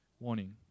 Warning